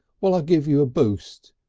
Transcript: while i give you a boost.